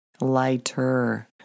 lighter